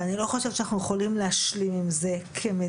ואני לא חושבת שאנחנו יכולים להשלים עם זה כמדינה,